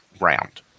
round